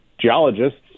geologists